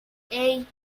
hey